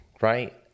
right